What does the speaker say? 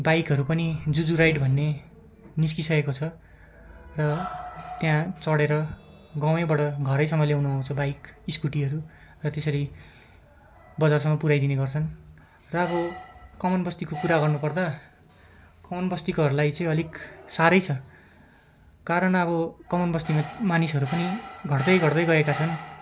बाइकहरू पनि जुजु राइड भन्ने निस्किसकेको छ र त्यहाँ चढेर गावैँबाट घरैसम्म ल्याउनु आउँछ बाइक स्कुटीहरू र त्यसरी बजारसम्म पुर्याइदिने गर्छन् र अब कमान बस्तीको कुरा गर्नुपर्दा कमान बस्तीकोहरूलाई चाहिँ अलिक साह्रै छ कारण अब कमान बस्तीमा मानिसहरू पनि घट्दै घट्दै गएका छन्